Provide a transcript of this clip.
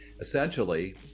Essentially